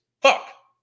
fuck